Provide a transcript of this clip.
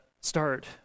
start